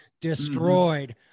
destroyed